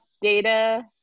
data